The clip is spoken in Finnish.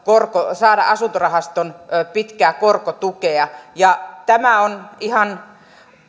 saada asuntorahaston pitkää korkotukea tämä on ihan